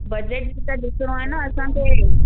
budget त ॾिसणो आहे न असांखे